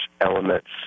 elements